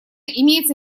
имеется